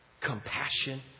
Compassion